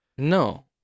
No